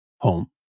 home